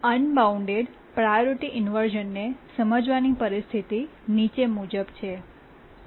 unbound priority ઇન્વર્શ઼નને સમજવાની પરિસ્થિતિ નીચે મુજબ છે